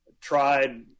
tried